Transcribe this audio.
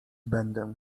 będę